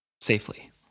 safely